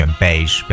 beige